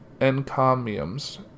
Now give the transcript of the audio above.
encomiums